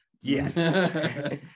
Yes